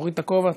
מוריד את הכובע.